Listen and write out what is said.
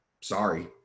sorry